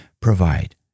provide